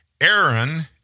Aaron